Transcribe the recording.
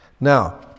Now